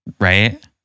Right